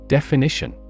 Definition